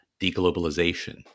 deglobalization